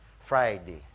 Friday